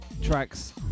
tracks